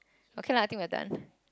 okay lah I think we're done